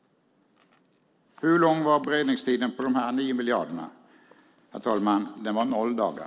Hur lång var beredningstiden för de 9 miljarderna? Herr talman, den var noll dagar.